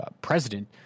president